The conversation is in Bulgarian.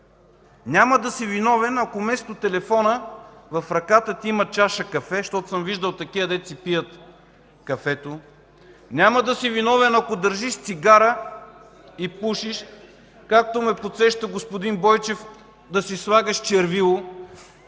Няма да си виновен, ако вместо телефона в ръката ти има чаша кафе, защото съм виждал такива, които си пият кафето; няма да си виновен, ако държиш цигара и пушиш; както ме подсеща господин Бойчев – да си слагаш червило;